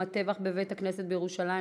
הטבח בבית-כנסת בירושלים,